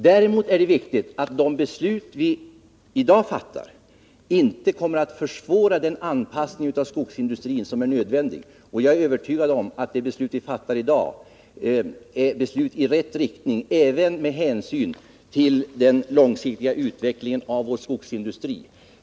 Däremot är det viktigt att det beslut som vi i dag fattar inte kommer att försvåra den anpassning av skogsindustrin som är nödvändig. Jag är övertygad om att det beslut vi fattar i dag är ett beslut i rätt riktning även med hänsyn till den långsiktiga utvecklingen av vår skogsindustri.